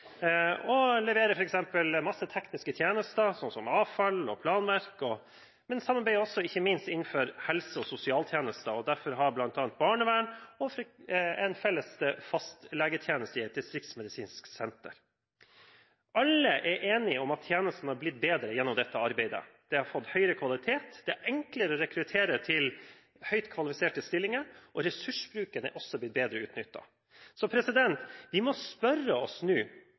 masse tekniske tjenester, f.eks. i forbindelse med avfall og planverk. De samarbeider også – ikke minst – innen helse- og sosialtjenester og har bl.a. barnevern og en felles fast legetjeneste i et distriktsmedisinsk senter. Alle er enige om at tjenestene er blitt bedre gjennom dette arbeidet. De har fått høyere kvalitet, det er enklere å rekruttere til stillinger for høyt kvalifiserte, og ressursene er blitt bedre utnyttet. Så vi må nå spørre oss